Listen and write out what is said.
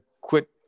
quit